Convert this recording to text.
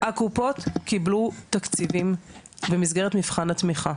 הקופות קיבלו תקציבים במסגרת מבחן התמיכה.